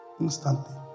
instantly